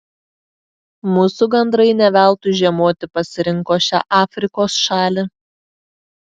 mūsų gandrai ne veltui žiemoti pasirinko šią afrikos šalį